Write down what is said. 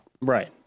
Right